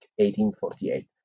1848